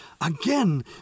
Again